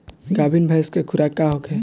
गाभिन भैंस के खुराक का होखे?